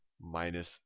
minus